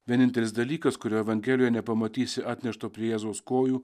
vienintelis dalykas kurio evangelijoj nepamatysi atnešto prie jėzaus kojų